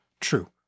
True